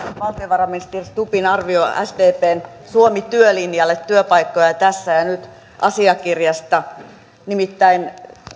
valtiovarainministeri stubbin arvio sdpn suomi työlinjalle työpaikkoja tässä ja nyt asiakirjasta nimittäin